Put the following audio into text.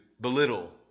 belittle